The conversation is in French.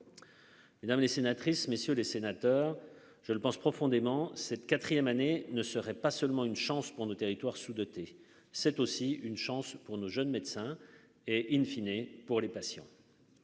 Mesdames les sénatrices, messieurs les sénateurs, je le pense profondément cette 4ème année ne serait pas seulement une chance pour nos territoires sous-dotés, c'est aussi une chance pour nos jeunes médecins et in fine et pour les patients.